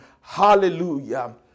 Hallelujah